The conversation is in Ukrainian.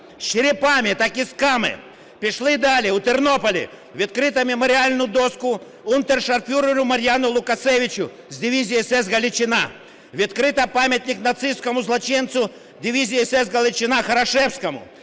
черепами та кістками. Пішли далі. У Тернополі відкрито меморіальну дошку унтершарфюреру Мар'яну Лукасевичу з дивізії СС "Галичина". Відкрито пам'ятник нацистському злочинцю дивізії СС "Галичина" Хорошевському.